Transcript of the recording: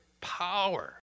power